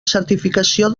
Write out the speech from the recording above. certificació